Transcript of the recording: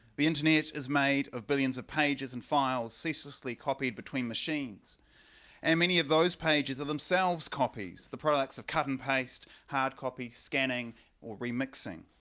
the internet is made of billions of pages and files ceaselessly copied between machines and many of those pages are themselves copies, the products of cut and paste, hardcopy scanning or remixing,